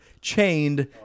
chained